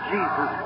Jesus